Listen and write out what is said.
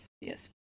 yes